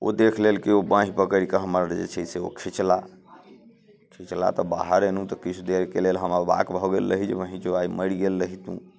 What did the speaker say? ओ देख लेलकै ओ बाँहि पकड़ि कऽ हमर जे छै से ओ खीँचला खीँचला तऽ बाहर एलहुँ तऽ किछु देरके लेल हम अवाक भऽ गेल रही जे बहीनचोद आइ मरि गेल रहितहुँ